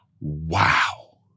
wow